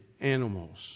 animals